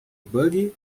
bug